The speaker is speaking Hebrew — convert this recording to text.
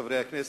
חברי הכנסת,